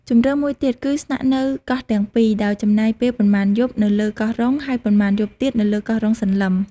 ជម្រើសមួយទៀតគឺ ស្នាក់នៅកោះទាំងពីរ ដោយចំណាយពេលប៉ុន្មានយប់នៅលើកោះរ៉ុង ហើយប៉ុន្មានយប់ទៀតនៅលើកោះរ៉ុងសន្លឹម។